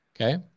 Okay